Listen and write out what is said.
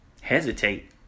Hesitate